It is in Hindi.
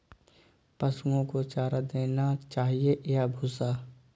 पशुओं को चारा देना चाहिए या भूसा?